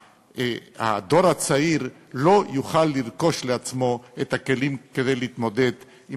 הדור הצעיר לא יוכל לרכוש לעצמו את הכלים כדי להתמודד עם